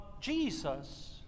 Jesus